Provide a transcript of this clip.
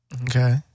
Okay